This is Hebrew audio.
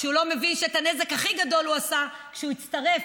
כשהוא לא מבין שאת הנזק הכי גדול הוא עשה כשהוא הצטרף